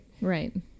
Right